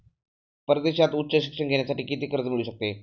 परदेशात उच्च शिक्षण घेण्यासाठी किती कर्ज मिळू शकते?